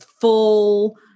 full